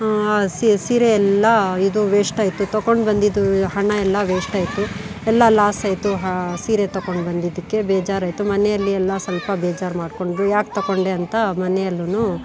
ಆ ಸೀರೆ ಎಲ್ಲ ಇದು ವೇಸ್ಟ್ ಆಯಿತು ತಗೊಂಡು ಬಂದಿದ್ದು ಹಣ ಎಲ್ಲ ವೇಸ್ಟ್ ಆಯಿತು ಎಲ್ಲ ಲಾಸ್ ಆಯಿತು ಆ ಸೀರೆ ತಗೊಂಡು ಬಂದಿದ್ದಕ್ಕೆ ಬೇಜಾರು ಆಯಿತು ಮನೇಲಿ ಎಲ್ಲ ಸ್ವಲ್ಪ ಬೇಜಾರು ಮಾಡಿಕೊಂಡ್ರು ಏಕೆ ತಗೊಂಡೆ ಅಂತ ಮನೆಯಲ್ಲೂ